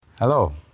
Hello